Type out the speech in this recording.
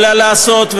אלא לעשות,